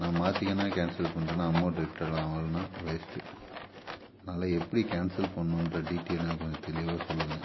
நான் மாற்றி எதனா கேன்சல் பண்ணிட்டேன்னா அமௌண்டு ரிட்டன் ஆவலைன்னா வேஸ்ட்டு அதனால் எப்படி கேன்சல் பண்ணணுன்ற டீட்டெயில் எனக்கு கொஞ்சம் தெளிவாக சொல்லுங்கள்